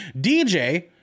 DJ